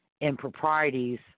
improprieties